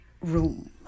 room